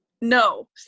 no